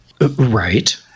Right